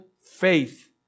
faith